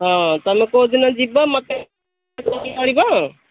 ହଁ ତୁମେ କେଉଁଦିନ ଯିବ ମୋତେ ଫୋନ୍ କରିବ